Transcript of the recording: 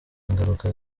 ngaruka